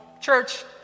Church